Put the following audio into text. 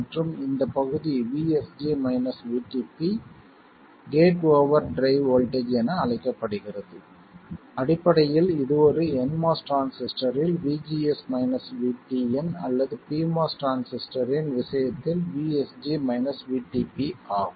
மற்றும் இந்த பகுதி கேட் ஓவர் டிரைவ் வோல்ட்டேஜ் என அழைக்கப்படுகிறது அடிப்படையில் இது ஒரு nMOS டிரான்சிஸ்டரில் VGS VTN அல்லது PMOS டிரான்சிஸ்டரின் விஷயத்தில் VSG VTP ஆகும்